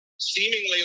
Seemingly